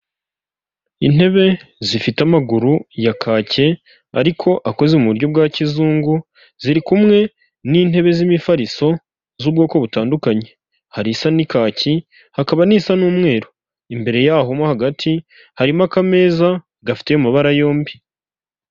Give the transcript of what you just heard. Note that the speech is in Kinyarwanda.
Onurayini shopingi puratifomu ni ahantu ushobora kuba wakoresha ugura ibicuruzwa bigiye bitandukanye, ni apurikasiyo ushyira muri telefone yawe cyangwa muri mudasobwa yawe ukajya uhaha wibereye mu rugo.